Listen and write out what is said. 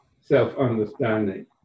self-understanding